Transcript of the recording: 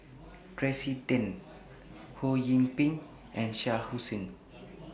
Tracey Tan Ho Yee Ping and Shah Hussain